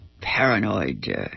paranoid